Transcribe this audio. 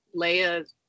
Leia